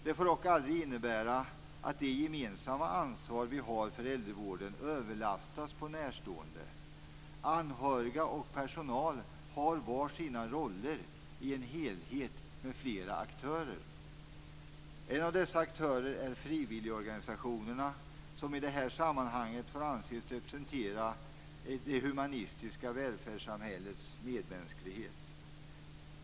Det får dock aldrig innebära att det gemensamma ansvar som vi har för äldrevården överlastas på närstående. Anhöriga och personal har var sin roll i en helhet med flera aktörer. En av dessa aktörer är frivilligorganisationerna, som i detta sammanhang får anses representera det humanistiska välfärdssamhällets medmänsklighet.